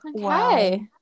Okay